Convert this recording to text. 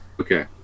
Okay